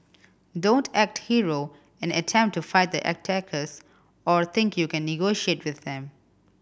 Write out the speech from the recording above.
don't act hero and attempt to fight the attackers or think you can negotiate with them